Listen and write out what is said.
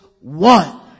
one